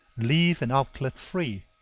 leave an outlet free.